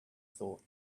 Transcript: thought